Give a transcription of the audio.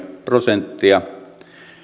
prosenttia